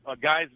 guy's